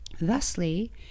thusly